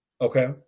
Okay